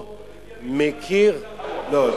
לא.